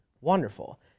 wonderful